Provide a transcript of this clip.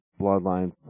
Bloodline